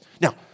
Now